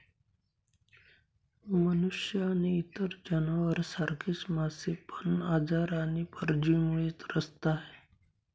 मनुष्य आणि इतर जनावर सारखच मासे पण आजार आणि परजीवींमुळे त्रस्त आहे